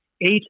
eight